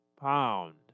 pound